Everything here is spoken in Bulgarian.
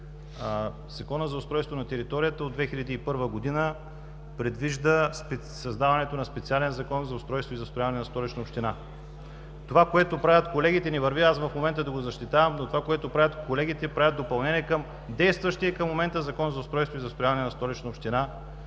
Законът за устройството на територията от 2001 г. предвижда създаването на специален закон за устройство и застрояване на Столична община. Това, което правят колегите – не върви в момента аз да го защитавам, но те правят допълнение към действащия към момента Закон за устройството и застрояването на Столична община.